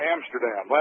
Amsterdam